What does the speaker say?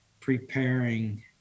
preparing